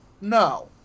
No